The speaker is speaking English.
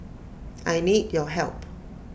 I need your help